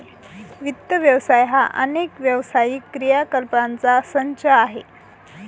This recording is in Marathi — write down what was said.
वित्त व्यवसाय हा अनेक व्यावसायिक क्रियाकलापांचा संच आहे